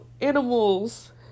animals